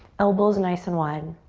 elbows nice and wide.